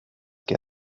que